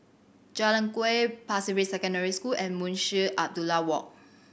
Jalan Kuak Pasir Ris Secondary School and Munshi Abdullah Walk